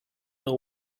know